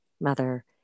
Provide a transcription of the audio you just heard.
mother